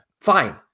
fine